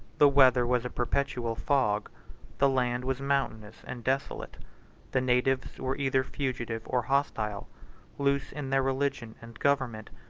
the weather was a perpetual fog the land was mountainous and desolate the natives were either fugitive or hostile loose in their religion and government,